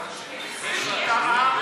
סליחה, סליחה.